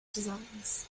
designs